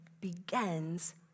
begins